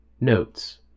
Notes